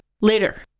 later